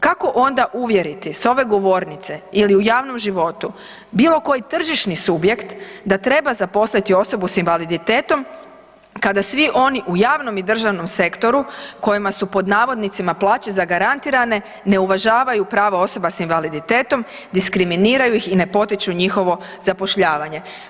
Kako onda uvjeriti s ove govornice ili u javnom životu bilo koji tržišni subjekt da treba zaposliti osobu s invaliditetom kada svi oni u javnom i državnom sektoru kojima su pod navodnicima plaće zagarantirane ne uvažavaju prava osoba s invaliditetom, diskriminiraju ih i ne potiču njihovo zapošljavanje?